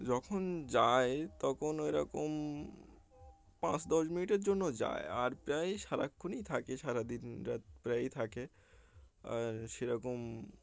যখন যায় তখন ওইরকম পাঁচ দশ মিনিটের জন্য যায় আর প্রায়ই সারাক্ষণই থাকে সারাদিন রাত প্রায়ই থাকে আর সেরকম